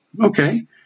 okay